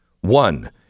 one